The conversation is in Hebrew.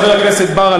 חבר הכנסת בר,